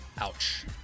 Ouch